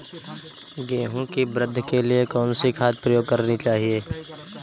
गेहूँ की वृद्धि के लिए कौनसी खाद प्रयोग करनी चाहिए?